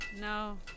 No